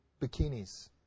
bikinis